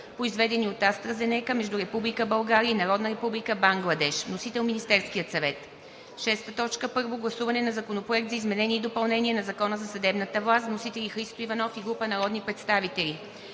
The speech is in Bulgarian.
произведени от АстраЗенека, между Република България и Народна република Бангладеш. Вносител – Министерският съвет на 8 септември 2021 г. 6. Първо гласуване на Законопроекта за изменение и допълнение на Закона за съдебната власт. Вносители – Христо Иванов и група народни представители